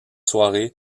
soirée